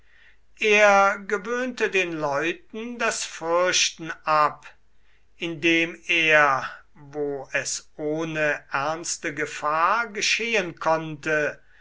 er gewöhnte den leuten das fürchten ab indem er wo es ohne ernste gefahr geschehen konnte